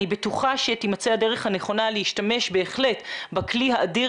אני בטוחה שתימצא הדרך הנכונה להשתמש בכלי האדיר